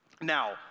Now